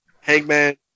Hangman